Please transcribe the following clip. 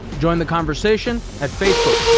join the conversation at facebook,